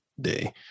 day